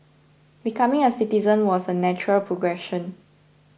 becoming a citizen was a natural progression